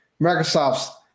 Microsoft's